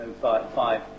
five